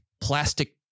plastic